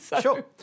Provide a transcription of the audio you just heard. Sure